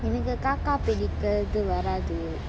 எனக்கு காக்கா பிடிகுறது வராது:enakku kakka pidikkurathu varathu